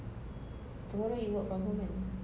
tomorrow you work from home kan